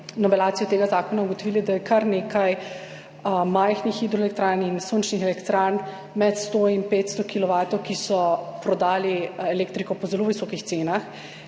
novelacijo tega zakona, ugotovili, da je kar nekaj majhnih hidroelektrarn in sončnih elektrarn med 100 in 500 kilovatov, ki so prodali elektriko po zelo visokih cenah,